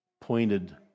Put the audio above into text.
pointed